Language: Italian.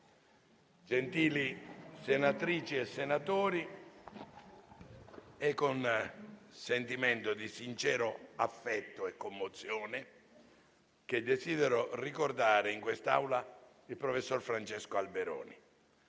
Gentili senatrici e senatori, è con sentimento di sincero affetto e commozione che desidero ricordare in quest'Aula il professor Francesco Alberoni.